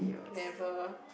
never